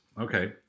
okay